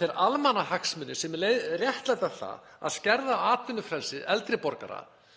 Þeir almannahagsmunir sem réttlæta það að skerða atvinnufrelsi eldri borgara